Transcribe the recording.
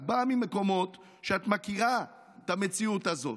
את באה ממקומות ואת מכירה את המציאות הזאת.